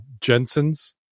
Jensen's